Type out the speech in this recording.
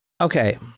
Okay